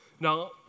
Now